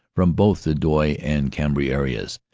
from both the douai and cambrai areas.